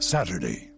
Saturday